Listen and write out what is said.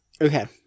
Okay